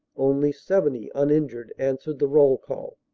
only seventy uninjured answered the roll-call.